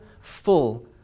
full